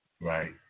right